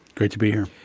great to be here.